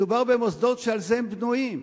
מדובר במוסדות שעל זה הם בנויים.